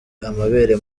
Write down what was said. amabere